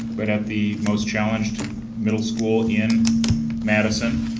but at the most challenged middle school in madison.